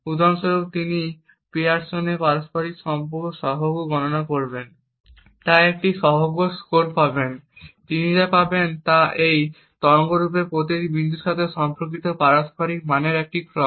উদাহরণস্বরূপ তিনি পিয়ারসনের পারস্পরিক সম্পর্ক সহগ গণনা করবেন এবং তাই তিনি একটি সহগ স্কোর পাবেন তিনি যা পাবেন তা এই তরঙ্গরূপের প্রতিটি বিন্দুর সাথে সম্পর্কিত পারস্পরিক সম্পর্ক মানের একটি ক্রম